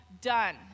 done